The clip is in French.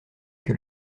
que